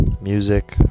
music